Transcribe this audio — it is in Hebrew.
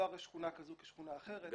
שלא הרי שכונה כזאת כשכונה אחרת,